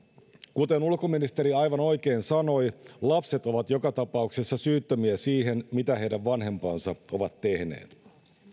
kuten ulkoministeri aivan oikein sanoi lapset ovat joka tapauksessa syyttömiä siihen mitä heidän vanhempansa ovat tehneet